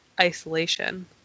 isolation